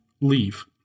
leave